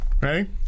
Ready